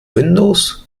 windows